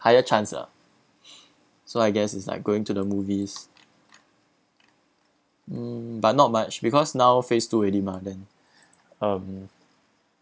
higher chance lah so I guess it's like going to the movies hmm but not much because now phase two already mah then um